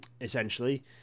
Essentially